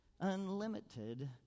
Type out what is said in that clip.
Unlimited